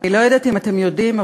אני לא יודעת אם אתם יודעים,